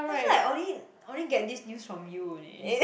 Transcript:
I feel like I only only get this news from you only